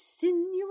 sinuous